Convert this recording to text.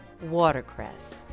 Watercress